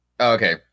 Okay